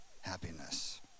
happiness